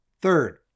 Third